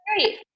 great